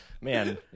Man